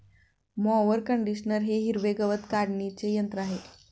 mower conditioner हे हिरवे गवत काढणीचे यंत्र आहे